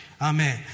Amen